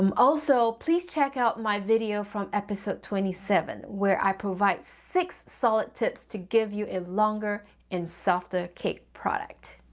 um also, please check out my video from episode twenty seven where i provide six solid tips to give you a longer and softer cake product.